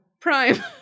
Prime